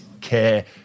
care